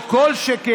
ביקורת ומחלוקות, כן,